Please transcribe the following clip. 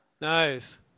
Nice